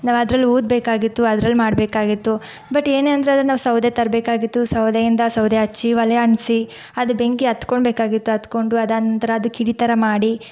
ನಾವದರಲ್ಲಿ ಊದಬೇಕಾಗಿತ್ತು ಅದ್ರಲ್ಲಿ ಮಾಡಬೇಕಾಗಿತ್ತು ಬಟ್ ಏನೇ ಅಂದರೂ ನಾವು ಸೌದೆ ತರಬೇಕಾಗಿತ್ತು ಸೌದೆಯಿಂದ ಸೌದೆ ಹಚ್ಚಿ ಒಲೆ ಅಂಟ್ಸಿ ಅದು ಬೆಂಕಿ ಹತ್ಕೊಬೇಕಾಗಿತ್ತು ಹತ್ಕೊಂಡು ಅದಾದ ನಂತರ ಅದಕ್ಕೆ ಹಿಡಿ ಥರ ಮಾಡಿ